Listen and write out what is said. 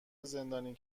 زندانی